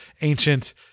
ancient